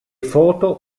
foto